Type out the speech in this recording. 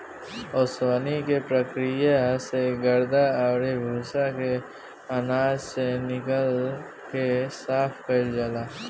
ओसवनी के प्रक्रिया से गर्दा अउरी भूसा के आनाज से निकाल के साफ कईल जाला